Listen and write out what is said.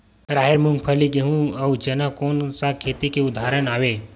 राहेर, मूंगफली, गेहूं, अउ चना कोन सा खेती के उदाहरण आवे?